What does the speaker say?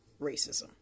racism